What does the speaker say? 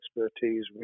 expertise